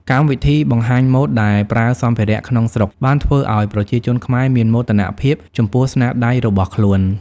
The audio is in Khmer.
កម្មវិធីបង្ហាញម៉ូដដែលប្រើសម្ភារៈក្នុងស្រុកបានធ្វើឲ្យប្រជាជនខ្មែរមានមោទនភាពចំពោះស្នាដៃរបស់ខ្លួន។